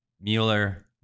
Mueller